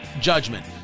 judgment